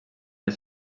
les